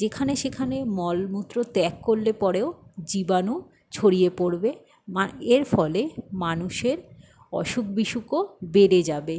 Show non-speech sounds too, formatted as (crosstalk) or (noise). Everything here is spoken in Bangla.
যেখানে সেখানে মলমূত্র ত্যাগ করলে পরেও জীবাণু ছড়িয়ে পড়বে মা (unintelligible) এর ফলে মানুষের অসুখ বিসুখও বেড়ে যাবে